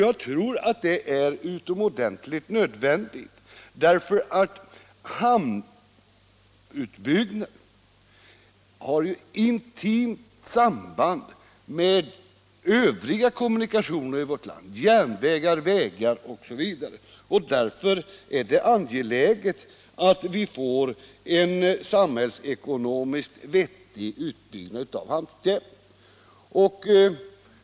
Jag tror att det är utomordentligt nödvändigt, eftersom hamnutbyggnaden har ett intimt samband med övriga kommunikationer i vårt land — järnvägar, vägar osv. Därför är det angeläget att vi får en samhällsekonomiskt vettig utbyggnad av hamnsystemet.